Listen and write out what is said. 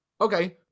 okay